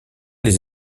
les